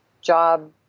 job